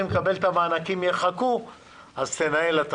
לקבל את המענקים יחכו ולכן הוא מבקש שאני אנהל.